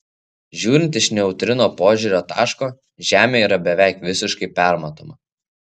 žiūrint iš neutrino požiūrio taško žemė yra beveik visiškai permatoma